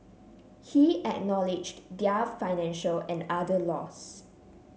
he acknowledged their financial and other loss